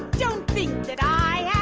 don't think that i yeah